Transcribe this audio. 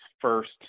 first